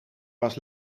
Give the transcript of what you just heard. was